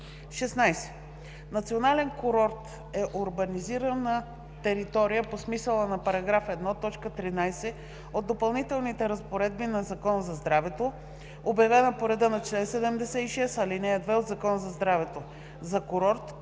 16. „Национален курорт“ e урбанизирана територия по смисъла на § 1, т. 13 от допълнителните разпоредби на Закона за здравето, обявена по реда на чл. 76, ал. 2 от Закона за здравето за курорт,